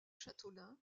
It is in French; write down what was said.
châteaulin